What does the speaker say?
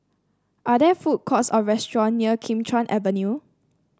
are there food courts or restaurant near Kim Chuan Avenue